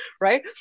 Right